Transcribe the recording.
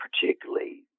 particularly